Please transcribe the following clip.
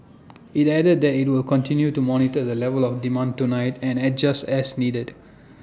IT added that IT will continue to monitor the level of demand tonight and adjust as needed